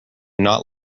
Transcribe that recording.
not